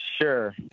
Sure